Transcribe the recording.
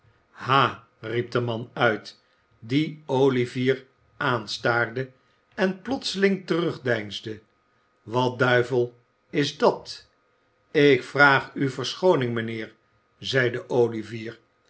ha riep de man uit die olivier aanstaarde en plotseling terugdeinsde wat duivel is dat ik vraag u verschooning mijnheer zeide olivier